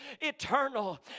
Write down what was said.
eternal